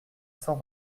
cent